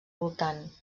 voltant